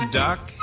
duck